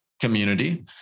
community